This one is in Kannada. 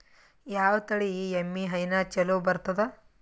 ಯಾವ ತಳಿ ಎಮ್ಮಿ ಹೈನ ಚಲೋ ಬರ್ತದ?